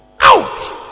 out